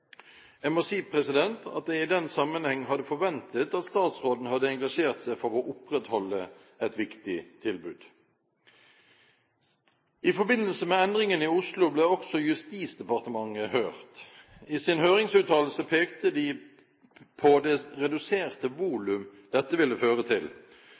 Jeg må si at jeg i den sammenheng hadde forventet at statsråden hadde engasjert seg for å opprettholde et viktig tilbud. I forbindelse med endringene i Oslo ble også Justisdepartementet hørt. I sin høringsuttalelse pekte de på det reduserte volum dette ville føre til,